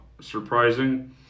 surprising